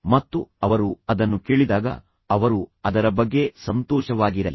ಮತ್ತು ಅವರು ಅದನ್ನು ಕೇಳಿದಾಗ ಅವರು ಅದರ ಬಗ್ಗೆ ಸಂತೋಷವಾಗಿರಲಿ